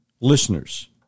listeners